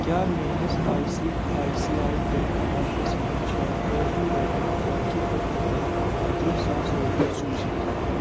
کیٛاہ میٲنِس I C I C I bank accounts منٛز چھےٚ کٲفی رۄپیہِ تاکہِ بہٕ ہٮ۪کہٕ ترٕہ ساس رۄپیہِ سوٗزِتھ